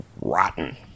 rotten